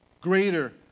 greater